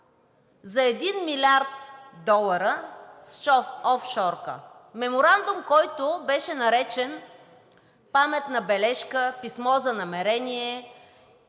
за 1 милиард долара с офшорка. Меморандум, който беше наречен „паметна бележка“, „писмо за намерение“